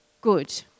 good